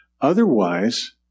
Otherwise